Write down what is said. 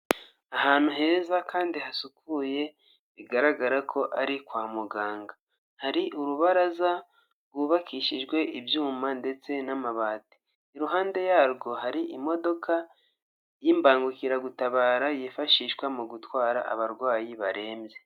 Ahantu heza kandi hasukuye bigaragara ko ari kwa muganga hari urubaraza rwubakishijwe ibyuma ndetse n'amabati iruhande yarwo hari imodoka y'imbangukiragutabara yifashishwa mu gutwara abarwayi barembye.